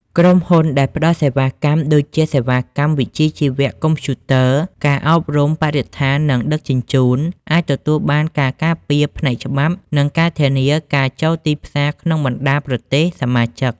ក្រុមហ៊ុនដែលផ្តល់សេវាកម្ម ដូចជាសេវាកម្មវិជ្ជាជីវៈ កុំព្យូទ័រ ការអប់រំ បរិស្ថាន និងដឹកជញ្ជូន អាចទទួលបានការការពារផ្នែកច្បាប់ និងការធានាការចូលទីផ្សារក្នុងបណ្តាប្រទេសសមាជិក។